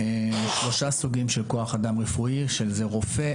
שלושה סוגים של כוח אדם רפואי שזה רופא,